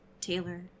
Taylor